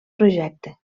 projecte